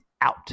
out